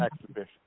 exhibition